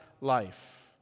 life